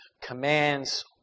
commands